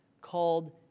called